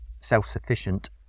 self-sufficient